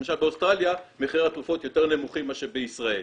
למשל באוסטרליה מחירי התרופות יותר נמוכים מאשר בישראל,